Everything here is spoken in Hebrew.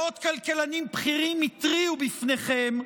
מאות כלכלנים בכירים התריעו בפניכם,